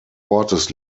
ortes